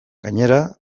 gainera